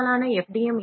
பெரும்பாலான எஃப்